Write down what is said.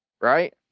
Right